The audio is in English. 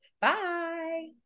Bye